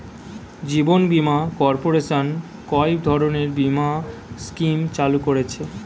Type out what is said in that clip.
জীবন বীমা কর্পোরেশন কয় ধরনের বীমা স্কিম চালু করেছে?